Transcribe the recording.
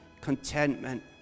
contentment